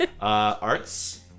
Arts